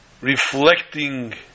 reflecting